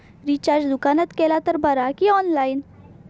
Recharge दुकानात केला तर बरा की ऑनलाइन?